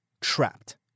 trapped